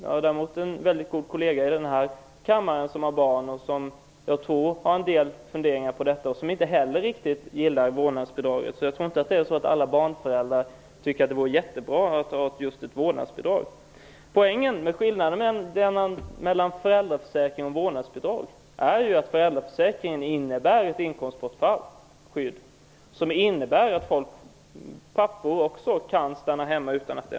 Jag har däremot en mycket god kollega i den här kammaren som har barn och som jag tror har en del funderingar på detta, men som inte heller riktigt gillar vårdnadsbidraget. Jag tror inte att alla föräldrar tycker att det vore jättebra att ha just ett vårdnadsbidrag. Skillnaden mellan föräldraförsäkringen och vårdnadsbidrag är att föräldraförsäkringen innebär ett skydd mot inkomstbortfall, som innebär att också pappor kan stanna hemma utan problem.